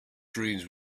dreams